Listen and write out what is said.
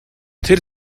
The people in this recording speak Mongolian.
тэр